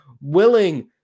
willing